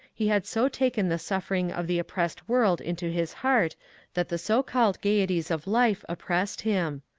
he had so taken the suffering of the oppressed world into his heart that the so-called gaieties of life oppressed him.